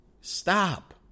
Stop